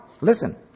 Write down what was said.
Listen